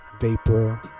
vapor